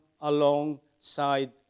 alongside